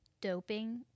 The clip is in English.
doping